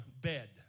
bed